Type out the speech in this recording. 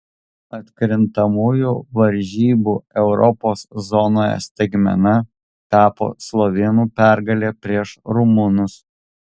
atkrintamųjų varžybų europos zonoje staigmena tapo slovėnų pergalė prieš rumunus